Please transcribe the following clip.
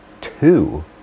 two